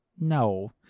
no